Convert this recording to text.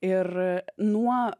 ir nuo